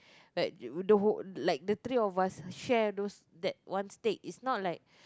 but the whole like the three of us share those that one steak it's not like